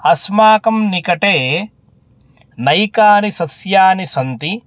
अस्माकं निकटे नैकानि सस्यानि सन्ति